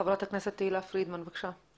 חברת הכנסת תהלה פרידמן, בבקשה.